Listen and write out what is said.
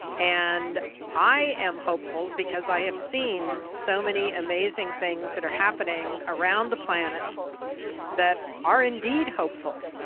and i am hopeful because i have seen so many amazing things that are happening around the planet that are indeed hopeful.